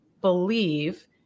believe